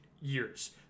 years